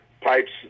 pipes